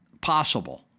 possible